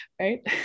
right